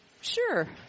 Sure